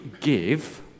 give